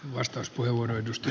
arvoisa puhemies